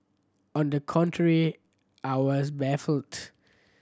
on the contrary I was baffled